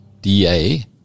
DA